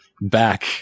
back